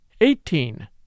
Eighteen